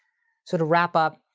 so to wrap up,